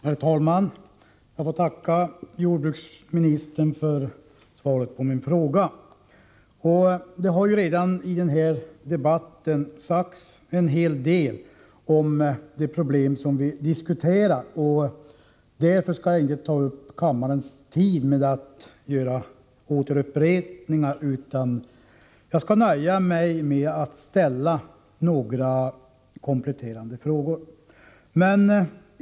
Herr talman! Jag får tacka jordbruksministern för svaret på min fråga. Det har ju redan sagts en hel del i den här debatten om det problem som vi diskuterar. Därför skall jag inte ta upp kammarens tid med upprepningar, utan jag skall nöja mig med att ställa några kompletterande frågor.